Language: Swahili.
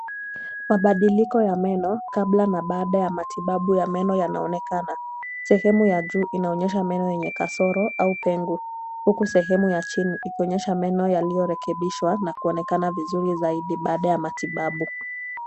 Mabadiliko ya meno kabla na baada ya matibabu ya meno yanaonekana, sehemu ya juu unaonyesha meno yenye kasoro au pengo huku sehemu ya chini ikionyesha meno yaliyo rekebishwa na kuonekana vizuri zaidi baada ya matibabu.